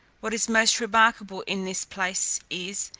what is most remarkable in this place is,